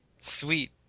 Sweet